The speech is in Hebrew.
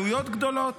עלויות גדולות.